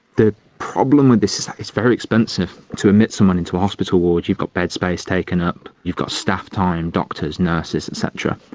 the problem with this is it's very expensive to admit someone into hospital ward, you've got bed space taken up, you've got staff time, doctors, nurses et cetera.